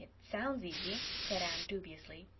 sounds easy, said anne dubiously.